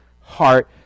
heart